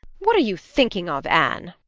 what are you thinking of, anne?